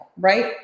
right